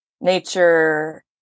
nature